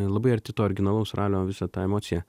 labai arti to originalaus ralio visą tą emociją